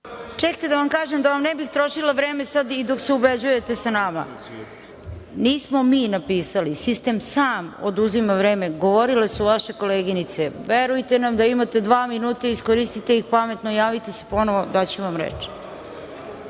Čekajte da vam kažem, da vam ne bih trošila vreme sada dok se ubeđujete sa nama. Nismo mi napisali, sistem sam oduzima vreme. Govorile su vaše koleginice. Verujte nam da imate dva minuta. Iskoristite ih pametno. Javite se ponovo, daću vam